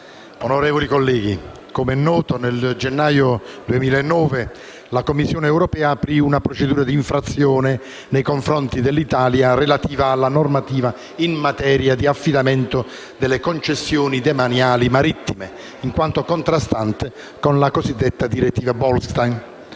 onorevoli colleghi, com'è noto, nel gennaio 2009, la Commissione europea aprì una procedura d'infrazione nei confronti dell'Italia relativa alla normativa in materia di affidamento delle concessioni demaniali marittime, in quanto contrastante con la direttiva Bolkestein.